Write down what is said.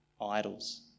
idols